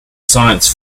science